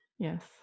Yes